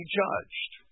judged